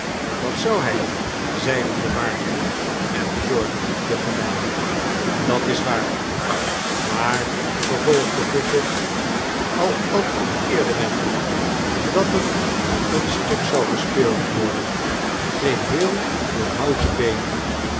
dat zou hij zeiden de waard en short te gelijk dat is waar maar vervolgde vuffin al adverteerde men nu dat er een stuk zou gespeeld worden geheel door houten beenen